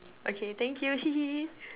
okay thank you hee hee hee